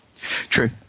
True